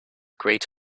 great